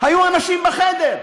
היו אנשים בחדר.